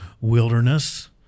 wilderness